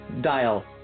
Dial